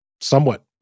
somewhat